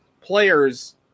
players